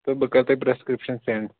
تہٕ بہٕ کرٕ تۄہہِ پرسکرٛپشن سینٛڈ